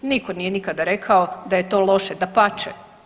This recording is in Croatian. Nitko nije nikada rekao da je to loše, dapače.